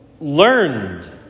learned